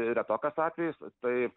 retokas atvejis tai